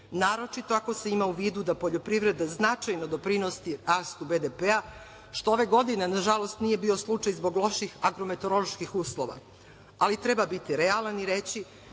naročito ako se ima u vidu da poljoprivreda značajno doprinosi rastu BDP-a, što ove godine, nažalost, nije bio slučaj zbog loših agro-meteoroloških uslova, ali treba biti realan i reći